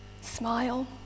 smile